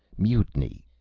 mutiny!